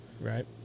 Right